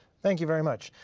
thank you very much.